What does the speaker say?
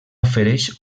ofereix